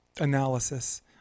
analysis